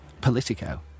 Politico